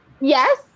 Yes